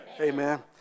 Amen